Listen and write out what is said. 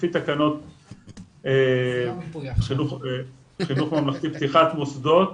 לפי תקנות חינוך ממלכתי-פתיחת מוסדות,